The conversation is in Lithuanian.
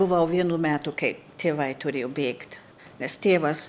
buvau vienų metų kai tėvai turėjo bėgt nes tėvas